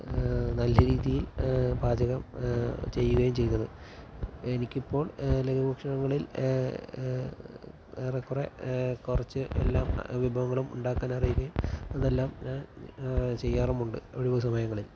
നല്ലരീതിയില് പാചകം ചെയ്യുകയും ചെയ്തത് എനിക്കിപ്പോൾ ലഘുഭക്ഷണങ്ങളില് ഏറെക്കുറെ കുറച്ചു എല്ലാ വിഭവങ്ങളും ഉണ്ടാക്കാന് അറിയുകയും അതെല്ലാം ഞാന് ചെയ്യാറുമുണ്ട് ഒഴിവു സമയങ്ങളില്